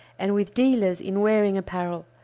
and with dealers in wearing-apparel,